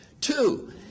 Two